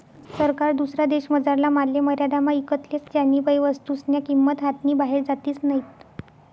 सरकार दुसरा देशमझारला मालले मर्यादामा ईकत लेस ज्यानीबये वस्तूस्न्या किंमती हातनी बाहेर जातीस नैत